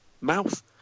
mouth